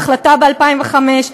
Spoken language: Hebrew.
ההחלטה ב-2005,